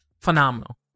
phenomenal